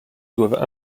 doivent